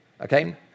Okay